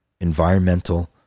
environmental